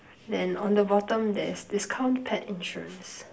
then on the bottom there's discount pet insurance